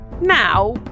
now